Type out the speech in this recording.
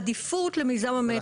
עדיפות למיזם המטרו.